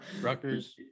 Rutgers